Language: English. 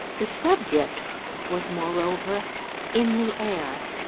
the subject was moreover in the air.